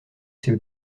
ses